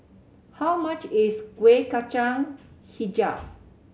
how much is Kueh Kacang Hijau